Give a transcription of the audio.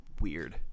weird